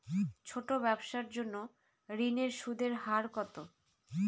ছোট ব্যবসার জন্য ঋণের সুদের হার কত?